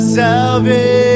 salvation